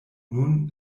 nun